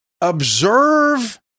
Observe